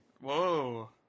whoa